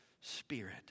spirit